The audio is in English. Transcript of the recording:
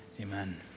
Amen